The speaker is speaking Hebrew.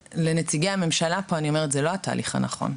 לנציגי הממשלה פה אני אומרת: זה לא התהליך הנכון.